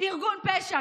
ארגון פשע.